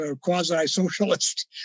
quasi-socialist